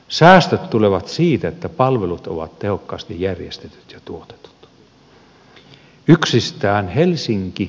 säästöt tulevat siitä että palvelut ovat tehokkaasti järjestetyt ja tuotetut